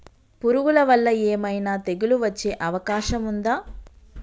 పురుగుల వల్ల ఏమైనా తెగులు వచ్చే అవకాశం ఉందా?